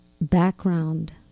background